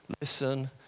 listen